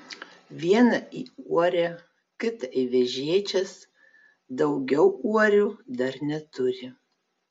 vieną į uorę kitą į vežėčias daugiau uorių dar neturi